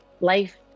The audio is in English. Life